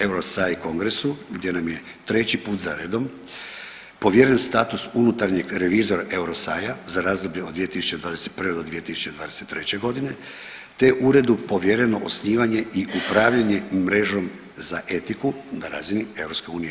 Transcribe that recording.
EUROSAI kongresu gdje nam je treći put za redom povjeren status unutarnjeg revizora EUROSAI za razdoblje od 2021. do 2023. godine, te je uredu povjereno osnivanje i upravljanje mrežom za etiku na razini EU.